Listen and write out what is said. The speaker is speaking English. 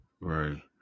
Right